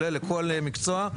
לכל מקצוע.